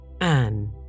Anne